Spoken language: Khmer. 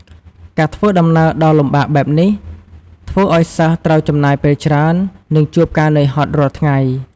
ការធ្វើដំណើរដ៏លំបាកបែបនេះ ធ្វើឲ្យសិស្សត្រូវចំណាយពេលច្រើន និងជួបការនឿយហត់រាល់ថ្ងៃ។